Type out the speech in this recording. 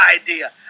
idea